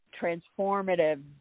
transformative